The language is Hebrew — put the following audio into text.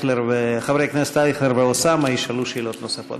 חברי הכנסת אייכלר ואוסאמה ישאלו שאלות נוספות.